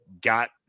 got